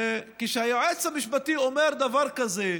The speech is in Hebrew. כשהיועץ המשפטי אומר דבר כזה,